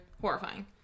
Horrifying